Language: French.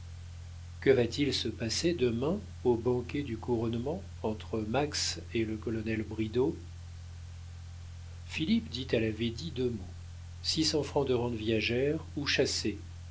que va-t-il se passer demain au banquet du couronnement entre max et le colonel bridau philippe dit à la védie deux mots six cents francs de rente viagère ou chassée